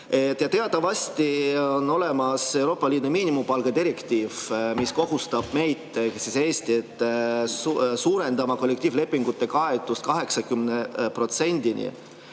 Teatavasti on olemas Euroopa Liidu miinimumpalga direktiiv, mis kohustab meid ehk Eestit suurendama kollektiivlepingute kaetust 80%-ni.